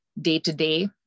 day-to-day